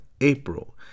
april